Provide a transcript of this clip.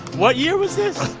what year was this?